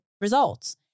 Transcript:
results